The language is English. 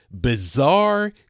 bizarre